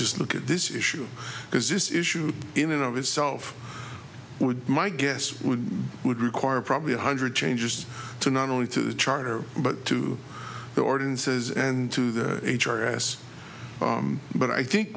just look at this issue because this issue in and of itself would my guess would would require probably a hundred changes to not only to the charter but to the ordinances and to the h r s but i think